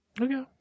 Okay